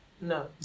No